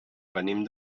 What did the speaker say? venim